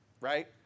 right